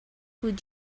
would